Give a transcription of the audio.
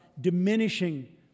diminishing